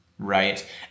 right